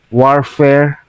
warfare